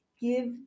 Give